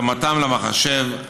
התאמתם למחשב,